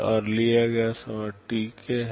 और लिया गया समय Tk है